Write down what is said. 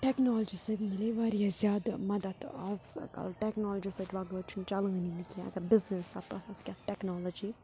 technology سۭتۍ مِلے واریاہ زیادٕ مَدَت آزکَل ٹٮ۪کنالجی سۭتۍ وَغٲر چھُنہٕ چَلٲنی نہٕ کیٚنٛہہ اگر بِزنِس تتھ منٛز کیٛاہ ٹٮ۪کنالجی